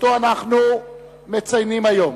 שאנחנו מציינים היום.